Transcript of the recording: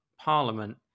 parliament